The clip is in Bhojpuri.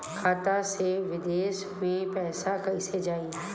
खाता से विदेश मे पैसा कईसे जाई?